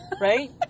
Right